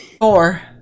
Four